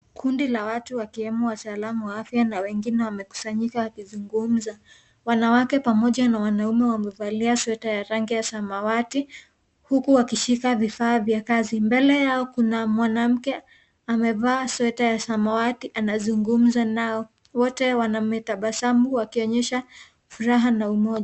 Kundi la watu wakiwemo wataalamu wa afya na wengine wamekusanyika wakizungumza. Wanawake pamoja na wanaume wamevalia sweta ya rangi ya samawati, huku wakishika vifaa vya kazi. Mbele yao kuna mwanamke amevaa sweta ya samawati anazungumza nao. Wote wametabasamu wakionyesha furaha na umoja.